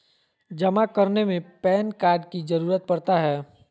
जमा करने में पैन कार्ड की जरूरत पड़ता है?